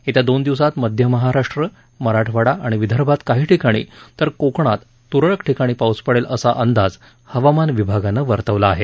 येत्या दोन दिवसात मध्य महाराष्ट्र मराठवाडा आणि विदर्भात काही ठिकाणी तर कोकणात तुरळक ठिकाणी पाऊस पडेल असा अंदाज हवामान विभागानं वर्तवला आहे